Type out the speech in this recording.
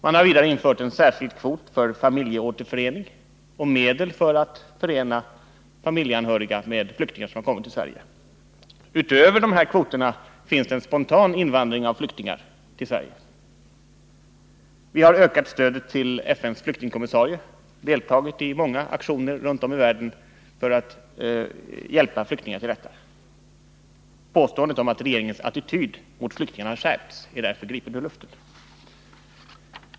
Man har vidare infört en särskild kvot för familjeåterförening, och medel har anvisats när det gäller att förena familjeanhöriga med flyktingar som har kommit till Sverige. Utöver dessa kvoter förekommer en spontan invandring av flyktingar till Sverige. Vi har också ökat stödet till FN:s flyktingkommissarie och deltagit i många aktioner runt om i världen för att hjälpa flyktingar till rätta. Påståendet att regeringens attityd mot flyktingarna har skärpts är därför gripet ur luften.